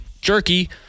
Jerky